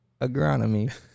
agronomy